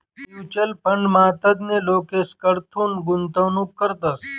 mutual फंडमा तज्ञ लोकेसकडथून गुंतवणूक करतस